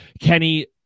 Kenny